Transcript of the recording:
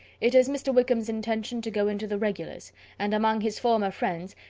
it is mr. wickham's intention to go into the regulars and among his former friends,